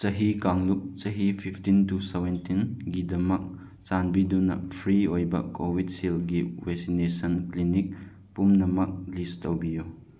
ꯆꯍꯤ ꯀꯥꯡꯂꯨꯞ ꯆꯍꯤ ꯐꯤꯞꯇꯤꯟ ꯇꯨ ꯁꯕꯦꯟꯇꯤꯟꯒꯤ ꯗꯃꯛ ꯆꯥꯟꯕꯤꯗꯨꯅ ꯐ꯭ꯔꯤ ꯑꯣꯏꯕ ꯀꯣꯋꯤꯠꯁꯤꯜꯒꯤ ꯋꯦꯁꯤꯅꯦꯁꯟ ꯀ꯭ꯂꯤꯅꯤꯛ ꯄꯨꯝꯅꯃꯛ ꯂꯤꯁ ꯇꯧꯕꯤꯌꯨ